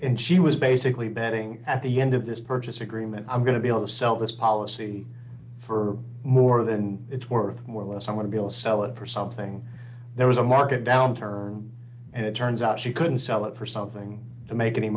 and she was basically betting at the end of this purchase agreement i'm going to be able to sell this policy for more than it's worth more or less i want to be able to sell it for something there was a market downturn and it turns out she couldn't sell it for something to make any